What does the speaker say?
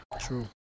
True